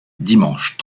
dimanche